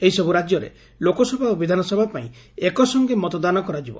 ଏହିସବୁ ରାଜ୍ୟରେ ଲୋକସଭା ଓ ବିଧାନସଭା ପାଇଁ ଏକସଙେ ମତଦାନ କରାଯିବ